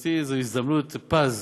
לדעתי זו הזדמנות פז